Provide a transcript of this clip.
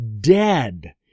dead